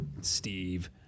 Steve